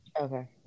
Okay